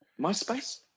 MySpace